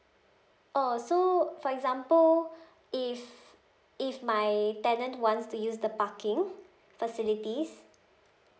oh so for example if if my tenant wants to use the parking facilities